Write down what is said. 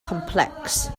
complex